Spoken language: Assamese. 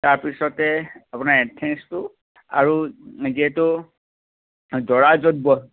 তাৰপিছতে আপোনাৰ এন্ট্ৰেন্সটো আৰু যিহেতু দৰা য'ত বহ